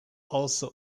also